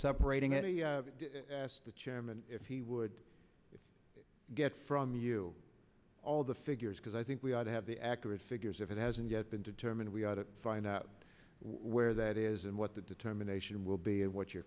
separating i asked the chairman if he would get from you all the figures because i think we ought to have the accurate figures if it hasn't yet been determined we ought to find out where that is and what the determination will be of what your